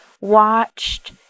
watched